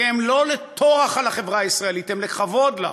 והם לא לטורח על החברה הישראלית, הם לכבוד לה.